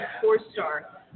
four-star